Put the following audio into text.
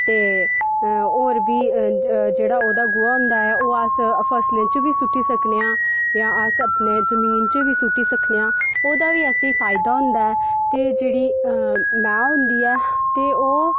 ते और जेह्ड़ा ओह्दा गोहा होंदा ऐ ओह् अस फसलें च बी सु'ट्टी सकने आं ते अपनी जमीन च बी सु'ट्टी सकनेआं ओह्दा बी असें गी फायदा होंदा ऐ